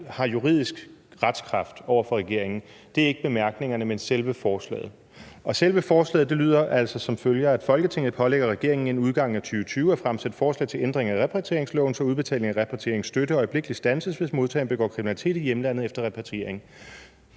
har juridisk retskraft over for regeringen, ikke bemærkningerne, men selve forslaget, og selve forslaget lyder altså som følger: »Folketinget pålægger regeringen inden udgangen af 2020 at fremsætte forslag til ændring af repatrieringsloven, så udbetaling af repatrieringsstøtte øjeblikkelig standses, hvis modtageren begår kriminalitet i hjemlandet efter repatriering.«